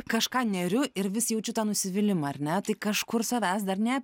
kažką neriu ir vis jaučiu tą nusivylimą ar ne tai kažkur savęs dar ne